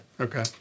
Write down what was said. Okay